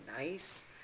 nice